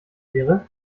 wäre